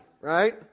right